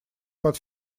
под